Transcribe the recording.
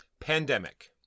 Pandemic